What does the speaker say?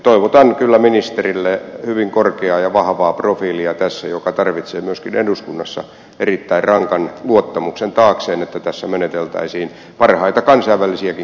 toivotan kyllä ministerille hyvin korkeaa ja vahvaa profiilia tässä ja tämä tarvitsee myöskin eduskunnassa erittäin rankan luottamuksen taakseen että tässä meneteltäisiin parhaita kansainvälisiäkin käytäntöjä soveltaen